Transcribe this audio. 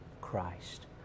Christ